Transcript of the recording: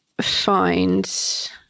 find